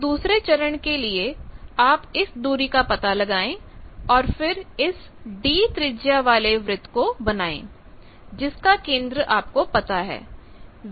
तो दूसरे चरण के लिए आप इस दूरी का पता लगाएं और फिर इसd त्रिज्या वाले वृत्त को बनाएं जिसका केंद्र आपको पता है